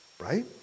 Right